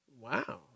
Wow